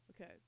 okay